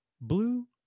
Blue